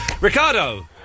Ricardo